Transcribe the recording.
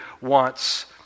wants